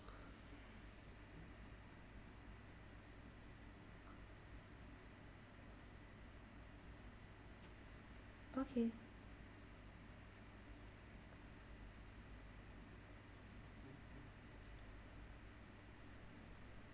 okay